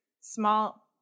small